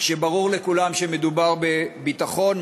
כשברור לכולם שמדובר בביטחון,